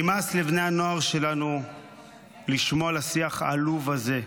נמאס לבני הנוער שלנו לשמוע על השיח העלוב הזה,